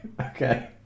Okay